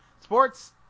sports